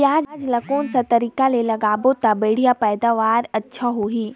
पियाज ला कोन सा तरीका ले लगाबो ता बढ़िया पैदावार अच्छा होही?